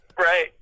Right